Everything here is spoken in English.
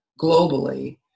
globally